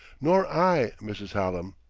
nor i, mrs. hallam.